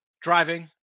driving